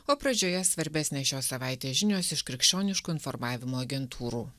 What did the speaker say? o pradžioje svarbesnė šios savaitės žinios iš krikščioniškų informavimo agentūrų